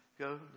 go